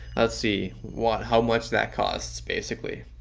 let's see what how much that costs basically?